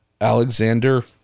Alexander